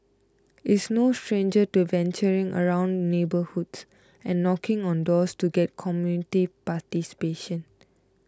is no stranger to venturing around neighbourhoods and knocking on doors to get community participation